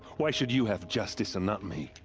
why should you have justice, and not me?